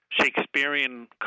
Shakespearean